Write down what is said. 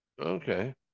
Okay